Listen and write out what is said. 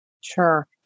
Sure